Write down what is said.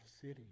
city